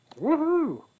Woohoo